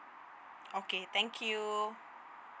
okay thank you